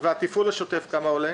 כמה עולה